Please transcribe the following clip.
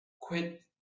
Quit